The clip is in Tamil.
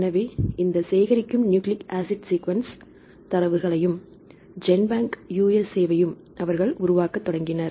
எனவே இந்த சேகரிக்கும் நியூக்ளிக் ஆசிட் சீகுவன்ஸ் தரவுகளையும் ஜென்பேங்க் USAவையும் அவர்கள் உருவாக்கத் தொடங்கினர்